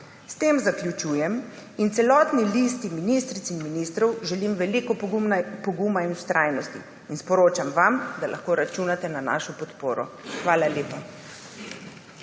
S tem zaključujem in celotni listi ministric in ministrov želim veliko poguma in vztrajnosti. Sporočam vam, da lahko računate na našo podporo. Hvala lepa.